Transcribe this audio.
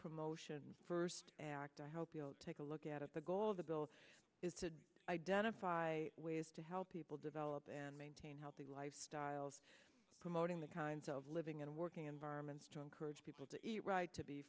promotion first act i hope you'll take a look at it the goal of the bill is to identify ways to help people develop and maintain healthy lifestyles promoting the kinds of living and working environments to encourage people to eat right to be